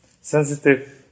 sensitive